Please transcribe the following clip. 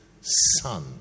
Son